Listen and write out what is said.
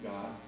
God